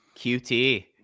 QT